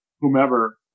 whomever